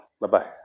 Bye-bye